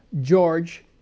George